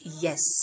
Yes